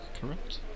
correct